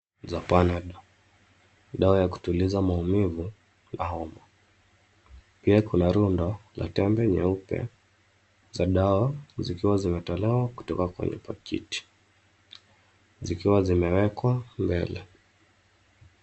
Za Panadol. Dawa ya kutuliza maumivu na homa. Pia kuna rundo la tembe nyeupe za dawa, zikiwa zimetolewa kutoka kwenye pakiti, zikiwa zimewekwa mbele.